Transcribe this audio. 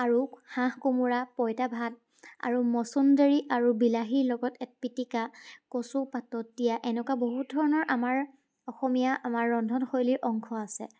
আৰু হাঁহ কোমোৰা পঁইতা ভাত আৰু মচন্দৰি আৰু বিলাহীৰ লগত এক পিটিকা কচু পাতত দিয়া এনেকুৱা বহুত ধৰণৰ আমাৰ অসমীয়া আমাৰ ৰন্ধনশৈলীৰ অংশ আছে